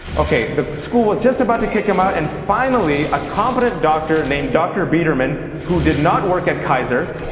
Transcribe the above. ok, the school was just about to kick him out and finally a competent doctor named dr. biederman who did not work at kaiser.